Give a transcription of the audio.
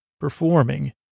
performing